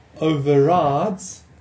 overrides